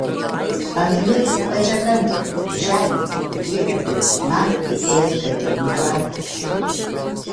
ant jos stačiakampio žemių kauburėlio naktį ės kapinių katės